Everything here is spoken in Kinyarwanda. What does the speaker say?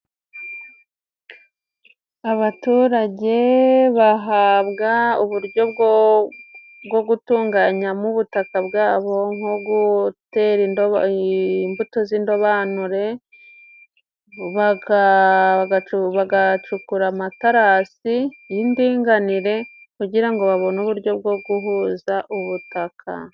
Abaturage bahabwa uburyo bwo gutunganyamo ubutaka bwabo, nGo gutera imbuto z'indobanure, bagacukura amaterasi y'indinganire, kugira ngo babone uburyo bwo guhuza ubutaka.